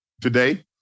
today